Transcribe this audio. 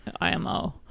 IMO